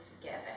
together